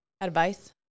advice